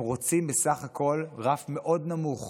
הם רוצים בסך הכול רף מאוד נמוך